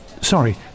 Sorry